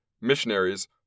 missionaries